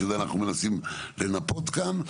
שאת זה אנחנו מנסים למפות כאן.